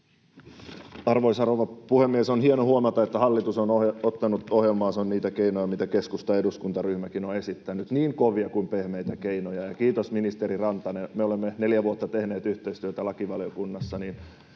Arvoisa rouva puhemies! On hienoa huomata, että hallitus on ottanut ohjelmaansa niitä keinoja, mitä keskustan eduskuntaryhmäkin on esittänyt, niin kovia kuin pehmeitä keinoja. Ja kiitos ministeri Rantanen, me olemme neljä vuotta tehneet yhteistyötä lakivaliokunnassa,